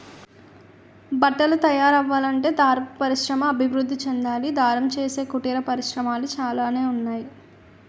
బట్టలు తయారవ్వాలంటే దారపు పరిశ్రమ అభివృద్ధి చెందాలి దారం చేసే కుటీర పరిశ్రమలు చాలానే ఉన్నాయి